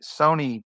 Sony